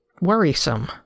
Worrisome